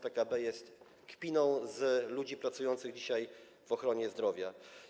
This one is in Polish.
PKB jest kpiną z ludzi pracujących dzisiaj w ochronie zdrowia.